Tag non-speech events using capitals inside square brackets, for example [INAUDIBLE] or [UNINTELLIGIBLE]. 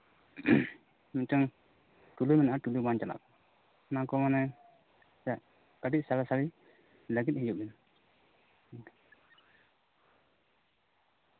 ᱢᱤᱫᱴᱮᱱ ᱪᱩᱞᱩ ᱢᱮᱱᱟᱜᱼᱟ ᱪᱩᱞᱩ ᱵᱟᱝ ᱪᱟᱞᱟᱜ ᱠᱟᱱᱟ ᱚᱱᱟ ᱠᱚ ᱢᱟᱱᱮ ᱪᱮᱫ ᱠᱟᱹᱴᱤᱡ ᱥᱟᱨᱟᱥᱟᱹᱨᱤ ᱞᱟᱹᱜᱤᱫ ᱦᱤᱡᱩᱜ [UNINTELLIGIBLE]